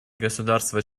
государства